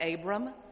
Abram